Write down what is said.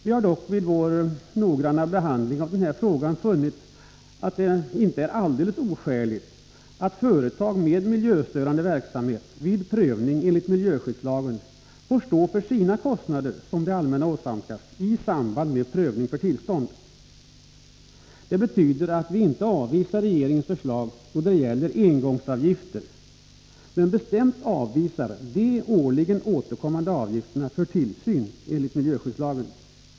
Vi har dock vid vår noggranna behandling av denna fråga funnit att det inte är alldeles oskäligt att företag med miljöstörande verksamhet vid prövning enligt miljöskyddslagen får stå för sina kostnader som det allmänna åsamkas i samband med prövning för tillstånd. Det betyder att vi inte avvisar regeringens förslag då det gäller engångsavgifter, men vi avvisar bestämt de årligen återkommande avgifterna för tillsyn enligt miljöskyddslagen.